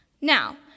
Now